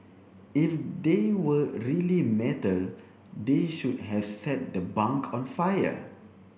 if they were really metal they should have set the bunk on fire